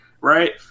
Right